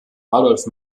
adolf